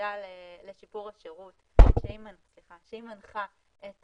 היחידה לשיפור השירות שהיא מנחה את